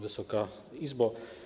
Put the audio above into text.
Wysoka Izbo!